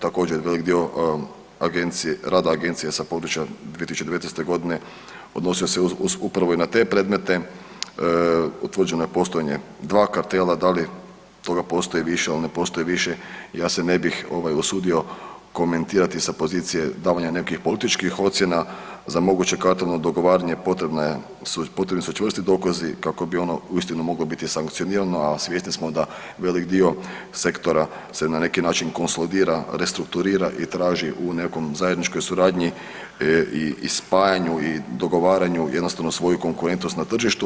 Također velik dio agencije, rada agencije sa područja u 2019.g. odnosio se upravo i na te predmete, utvrđeno je postojanje 2 kartela, da li toga postoji više ili ne postoji više ja se ne bih ovaj usudio komentirati sa pozicije davanja nekih političkih ocjena, za moguće kartalno dogovaranje potrebni su čvrsti dokazi kako bi ono uistinu moglo biti sankcionirani, a svjesni smo da velik dio sektora se na neki način konsolidira, restrukturira i traži u nekoj zajedničkoj suradnji i spajanju i dogovaranju jednostavno svoju konkurentnost na tržištu.